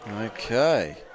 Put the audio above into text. Okay